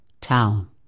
town